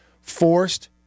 Forced